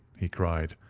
he cried.